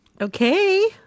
Okay